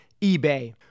eBay